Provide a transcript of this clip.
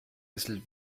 bissl